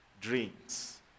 dreams